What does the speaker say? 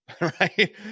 Right